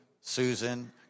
Susan